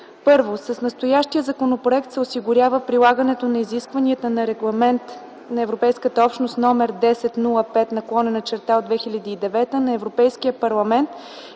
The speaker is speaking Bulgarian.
Първо, с настоящия законопроект се осигурява прилагането на изискванията на Регламент на Европейската общност № 1005/2009 на Европейския парламент